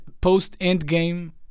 post-Endgame